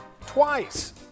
twice